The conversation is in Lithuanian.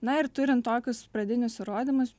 na ir turint tokius pradinius įrodymus